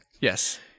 Yes